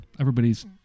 everybody's